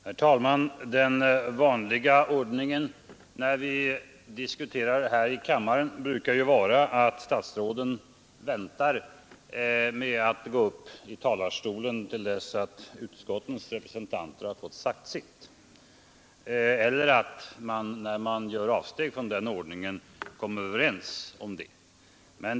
Herr talman! Den vanliga ordningen när vi diskuterar här i kammaren brukar vara att statsråden väntar med att gå upp i talarstolen till dess att utskottets representanter fått säga sitt eller att man, när avsteg görs från den ordningen, kommer överens om detta.